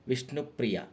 Vishnupriya